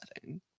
setting